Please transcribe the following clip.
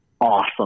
awesome